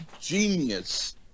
genius